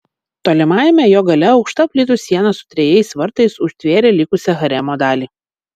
tolimajame jo gale aukšta plytų siena su trejais vartais užtvėrė likusią haremo dalį